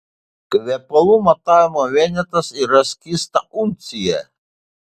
kvepalų matavimo vienetas yra skysta uncija